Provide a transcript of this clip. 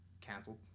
canceled